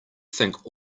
think